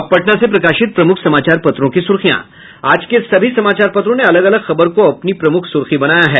अब पटना से प्रकाशित प्रमुख समाचार पत्रों की सुर्खियां आज के सभी समाचार पत्रों ने अलग अलग खबर को अपनी प्रमुख सुर्खी बनायी है